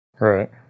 Right